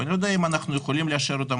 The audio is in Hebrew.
אני לא יודע אם אנחנו יכולים לאשר אותן.